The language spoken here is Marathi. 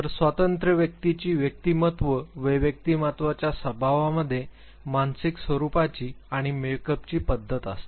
तर स्वतंत्र व्यक्तीची व्यक्तिमत्त्व व व्यक्तिमत्त्वाच्या स्वभावामध्ये मानसिक स्वरूपाची आणि मेकअपची पद्धत असते